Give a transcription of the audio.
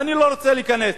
ואני לא רוצה להיכנס,